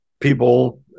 people